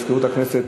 חברי הכנסת,